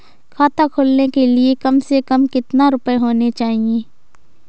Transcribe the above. खाता खोलने के लिए कम से कम कितना रूपए होने चाहिए?